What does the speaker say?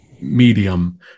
medium